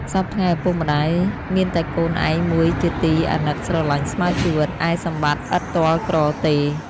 សព្វថ្ងៃឪពុក ម្ដាយមានតែកូនឯងមួយជាទី អាណិតស្រឡាញ់ស្មើជីវិត ឯសម្បត្ដិឥតទ័លក្រទេ